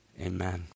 Amen